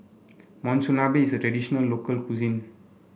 Monsunabe is a traditional local cuisine